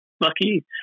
lucky